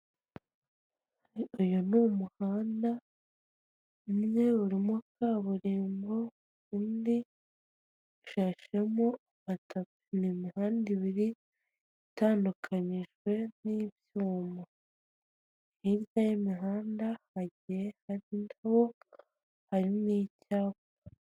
Uyu ni umuhanda imwe urimo kaburimbo undi ushashemo amatapi ni mihanda ibiri itandukanijwe n'ibyuma, hirya y'imihanda hirya y'imihanda hagiye handitseho hari n'icyapa.